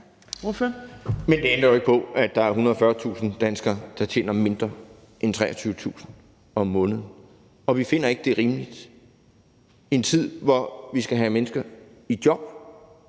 Men det ændrer jo ikke på, at der er 140.000 danskere, der tjener mindre end 23.000 kr. om måneden, og vi finder det ikke rimeligt i en tid, hvor vi skal have mennesker i job,